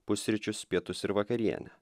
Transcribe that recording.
pusryčius pietus ir vakarienę